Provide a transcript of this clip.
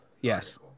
Yes